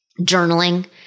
Journaling